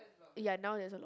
ya now there's a lot